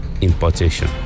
importation